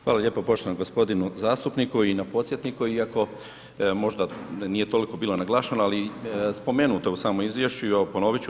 Hvala lijepo poštovanom gospodinu zastupniku i na podsjetniku, iako možda nije toliko bila naglašeno ali spomenuto je u samom izvješću i evo ponovit ću.